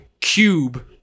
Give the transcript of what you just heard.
cube